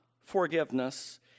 forgiveness